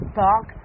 talk